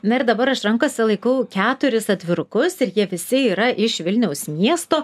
na ir dabar aš rankose laikau keturis atvirukus ir jie visi yra iš vilniaus miesto